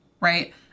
Right